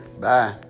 Bye